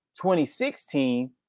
2016